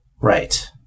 Right